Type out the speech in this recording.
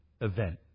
event